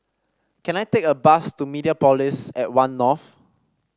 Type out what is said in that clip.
can I take a bus to Mediapolis at One North